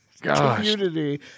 community